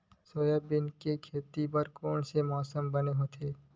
Soybean के खेती बर कोन से मौसम बने होथे?